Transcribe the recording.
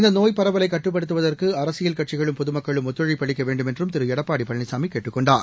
இந்த நோய் பரவலை கட்டுப்படுத்துவதற்கு அரசியல் கட்சிகளும பொதுமக்களும் ஒத்துழைப்பு அளிக்க வேண்டுமென்றும் திரு எடப்பாடி பழனிசாமி கேட்டுக்கொண்டார்